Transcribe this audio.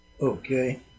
Okay